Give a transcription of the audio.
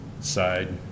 side